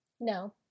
No